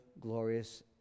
glorious